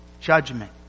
judgment